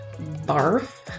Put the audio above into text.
Barf